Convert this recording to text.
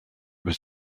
was